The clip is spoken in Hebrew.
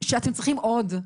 שאתם צריכים עוד.